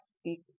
speak